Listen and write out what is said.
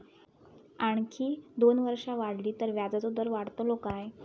आणखी दोन वर्षा वाढली तर व्याजाचो दर वाढतलो काय?